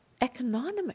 economic